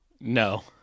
No